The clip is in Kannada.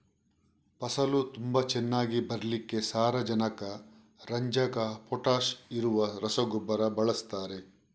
ಫಸಲು ತುಂಬಾ ಚೆನ್ನಾಗಿ ಬರ್ಲಿಕ್ಕೆ ಸಾರಜನಕ, ರಂಜಕ, ಪೊಟಾಷ್ ಇರುವ ರಸಗೊಬ್ಬರ ಬಳಸ್ತಾರೆ